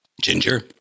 Ginger